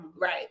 Right